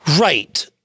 Right